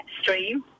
stream